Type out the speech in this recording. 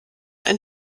ein